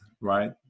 right